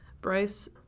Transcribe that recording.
Bryce